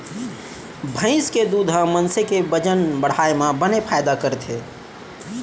भईंस के दूद ह मनसे के बजन ल बढ़ाए म बने फायदा करथे